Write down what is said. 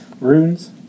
runes